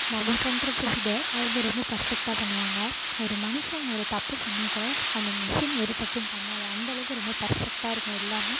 நம்ம பண்ணுறத விட அவங்க ரொம்ப பர்ஃபெக்ட்டாக பண்ணுவாங்க ஒரு மனுஷன் ஒரு தப்பு பண்ணால் கூட அந்த மெஷின் ஒரு தப்பும் பண்ணாது அந்த அளவுக்கு ரொம்ப பர்ஃபெக்ட்டாக இருக்கும் எல்லாமே